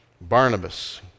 Barnabas